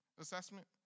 assessment